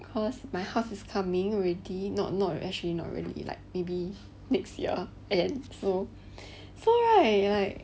cause my house is coming already not not actually not really like maybe next year end so so right